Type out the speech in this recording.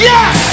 Yes